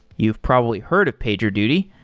you've probably heard of pagerduty.